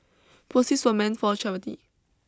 proceeds were meant for charity